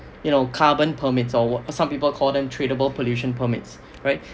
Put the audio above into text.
you know carbon permits or some people call them tradable pollution permits right